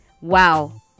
wow